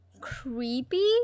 creepy